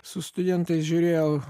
su studentais žiūrėjau